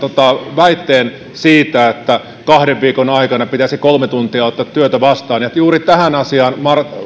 väitteen siitä että kahden viikon aikana pitäisi kolme tuntia ottaa työtä vastaan ja juuri tähän asiaan